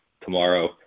tomorrow